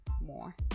more